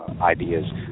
ideas